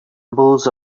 symbols